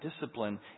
discipline